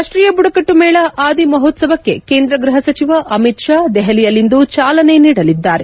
ರಾಷ್ಟೀಯ ಬುಡಕಟ್ಟು ಮೇಳ ಆದಿ ಮಹೋತ್ಸವಕ್ಕೆ ಕೇಂದ್ರ ಗೃಹ ಸಚಿವ ಅಮಿತ್ ಷಾ ದೆಹಲಿಯಲ್ಲಿಂದು ಚಾಲನೆ ನೀಡಲಿದ್ದಾರೆ